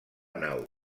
nau